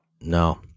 no